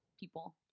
people